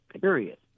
period